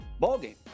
ballgame